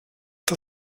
der